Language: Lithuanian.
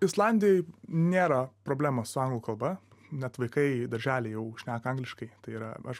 islandijoj nėra problemos su anglų kalba net vaikai daržely jau šneka angliškai tai yra aš